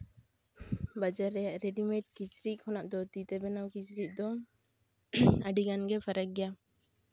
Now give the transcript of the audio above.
ᱵᱟᱡᱟᱨ ᱨᱮᱭᱟᱜ ᱨᱤᱰᱤᱢᱮᱰ ᱠᱤᱪᱨᱤᱡ ᱠᱷᱚᱱᱟᱜ ᱫᱚ ᱛᱤ ᱵᱮᱱᱟᱣ ᱠᱤᱪᱨᱤᱡ ᱫᱚ ᱟᱹᱰᱤᱜᱟᱱ ᱜᱮ ᱯᱷᱟᱨᱟᱠ ᱜᱮᱭᱟ